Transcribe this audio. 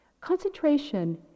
Concentration